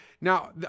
Now